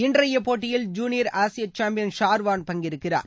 இன்றையப் போட்டியில் ஜுனியர் ஆசிய சேம்பியன் ஷார்வான் பங்கேற்கிறார்